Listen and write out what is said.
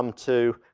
um to,